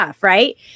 Right